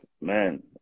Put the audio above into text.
Man